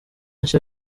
nshya